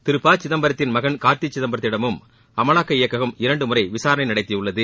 திரு ப சிதம்பரத்தின் மகன் கார்த்தி சிதம்பரத்திடமும் அமலாக்க இயக்ககம் இரண்டு முறை விசாரணை நடத்தியுள்ளது